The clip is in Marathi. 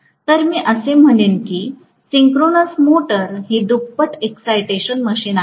तर मी असे म्हणेन की सिंक्रोनस मोटर ही दुप्पट एक्सायटेशन मशीन आहे